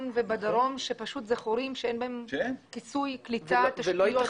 ובדרום שאין בהם כיסוי קליטה ותשתיות.